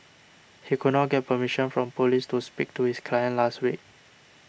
he could not get permission from police to speak to his client last week